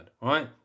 right